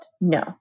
No